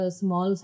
small